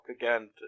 again